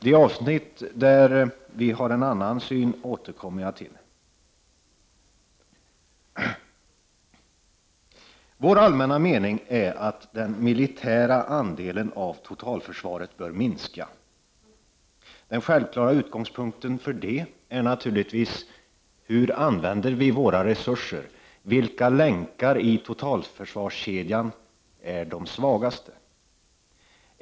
Jag återkommer senare till de avsnitt som vi ser annorlunda på. Rent allmänt menar vi att den militära andelen av totalförsvaret bör minska. Den självklara utgångspunkten är då följande frågor: Hur använder vi våra resurser? Vilka länkar i totalförsvarskedjan är de svagaste?